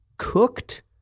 cooked